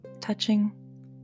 touching